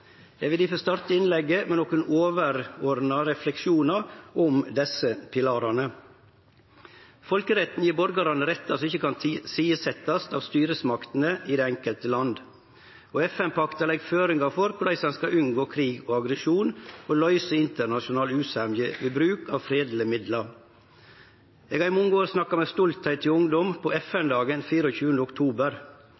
Eg vil difor starte innlegget med nokre overordna refleksjonar om desse pilarane. Folkeretten gjev borgarane rettar som ikkje kan setjast til side av styresmaktene i det enkelte land. FN-pakta legg føringar for korleis ein skal unngå krig og aggresjon og løyse internasjonal usemje ved bruk av fredelege middel. Eg har i mange år snakka med stoltheit til ungdom på